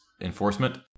enforcement